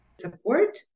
Support